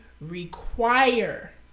require